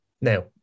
Now